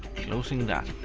closing that.